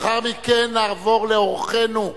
בבקשה, לאחר מכן נעבור לאורחינו.